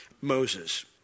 Moses